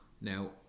Now